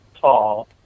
tall